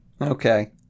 Okay